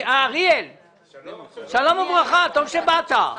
אריאל, שלום וברכה, טוב שבאת,